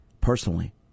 personally